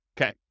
Okay